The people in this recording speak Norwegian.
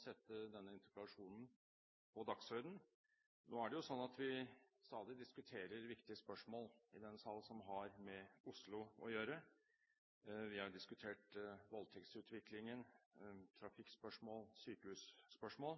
sette denne interpellasjonen på dagsordenen. Nå er det jo slik at vi stadig diskuterer viktige spørsmål i denne sal som har med Oslo å gjøre – vi har diskutert voldtektsutviklingen,